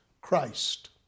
Christ